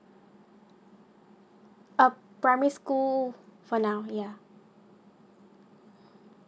uh primary school school for now ya